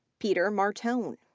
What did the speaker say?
peter martone,